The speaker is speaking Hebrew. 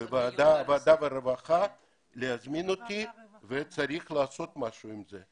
שתזמין אותי לישיבת ועדה כי צריך לעשות משהו בנושא הזה.